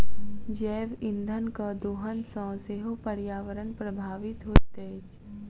जैव इंधनक दोहन सॅ सेहो पर्यावरण प्रभावित होइत अछि